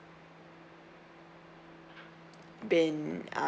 bin